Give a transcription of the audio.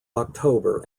october